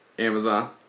Amazon